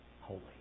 holy